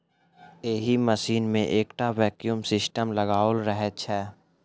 एहि मशीन मे एकटा वैक्यूम सिस्टम लगाओल रहैत छै